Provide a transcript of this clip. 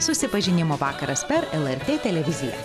susipažinimo vakaras per lrt televiziją